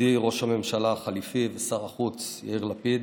ידידי ראש הממשלה החליפי ושר החוץ יאיר לפיד,